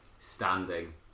standing